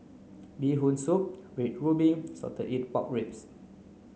bee hoon soup red ruby salted egg pork ribs